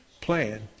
plan